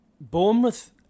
Bournemouth